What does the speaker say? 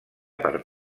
per